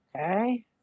Okay